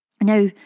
Now